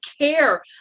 care